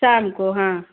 शाम को हाँ